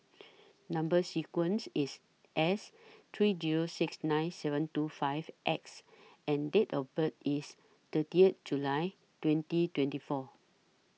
Number sequence IS S three Zero six nine seven two five X and Date of birth IS thirtieth July twenty twenty four